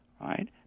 right